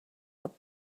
what